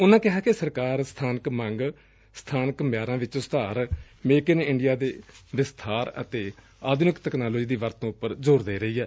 ਉਨੂਾ ਕਿਹਾ ਕਿ ਸਰਕਾਰ ਸਬਾਨਕ ਮੰਗ ਸਬਾਨਕ ਮਿਆਰਾਂ ਵਿਚ ਸੁਧਾਰ ਮੇਕ ਇੰਡੀਆ ਦੇ ਵਿਸਬਾਰ ਅਤੇ ਆਧੁਨਿਕ ਤਕਨਾਲੋਜੀ ਦੀ ਵਰਤੋ ਉਪਰ ਜ਼ੋਰ ਦੇ ਰਹੀ ਏ